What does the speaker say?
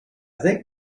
think